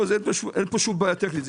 אין כאן שום בעיה טכנית.